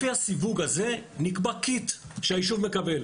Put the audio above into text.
לפי הסיווג הזה נקבע קיט שהיישוב מקבל,